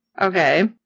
Okay